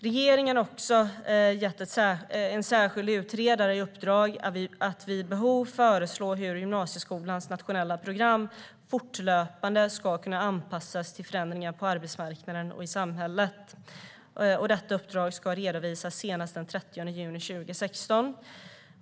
Regeringen har också gett en särskild utredare i uppdrag att vid behov föreslå hur gymnasieskolans nationella program fortlöpande ska kunna anpassas till förändringar på arbetsmarknaden och i samhället . Uppdraget ska redovisas senast den 30 juni 2016.